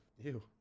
Ew